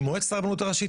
עם מועצת הרבנות הראשית,